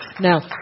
Now